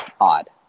odd